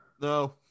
No